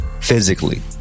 physically